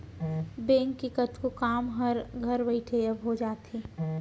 bank के कतको काम हर घर बइठे अब हो जाथे